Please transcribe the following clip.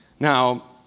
now,